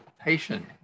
patient